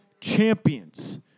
champions